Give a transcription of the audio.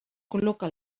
col·loca